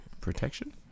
protection